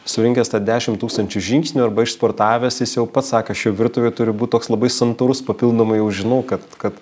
surinkęs dešim tūkstančių žingsnių arba išsportavęs jis jau pats sakė aš jau virtuvėj turiu būt toks labai santūrus papildomai jau žinau kad kad